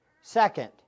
Second